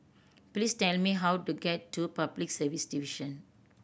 please tell me how to get to Public Service Division